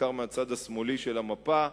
בעיקר מהצד השמאלי של המפה,